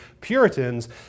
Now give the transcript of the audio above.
Puritans